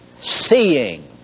seeing